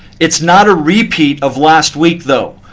it's not a repeat of last week, though.